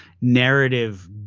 narrative